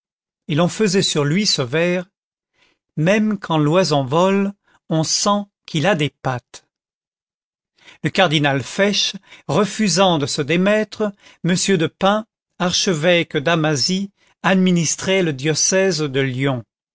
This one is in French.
et l'on faisait sur lui ce vers même quand loyson vole on sent qu'il a des pattes le cardinal fesch refusant de se démettre m de pins archevêque d'amasie administrait le diocèse de lyon